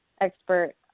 expert